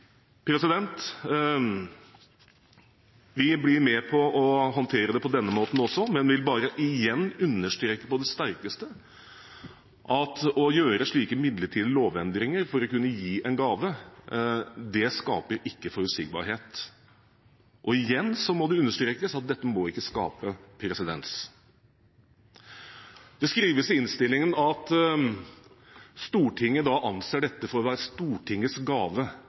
vil bare igjen understreke på det sterkeste at det å gjøre slike midlertidige lovendringer for å kunne gi en gave ikke skaper forutsigbarhet. Og igjen må det understrekes at dette ikke må skape presedens. Det skrives i innstillingen at Stortinget anser dette for å være Stortingets gave